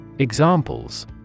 Examples